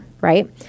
right